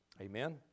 Amen